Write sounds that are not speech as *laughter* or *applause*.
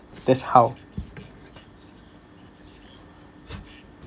that's how *noise*